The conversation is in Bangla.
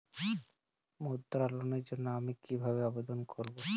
মুদ্রা লোনের জন্য আমি কিভাবে আবেদন করবো?